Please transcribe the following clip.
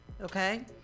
okay